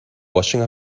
washing